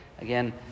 Again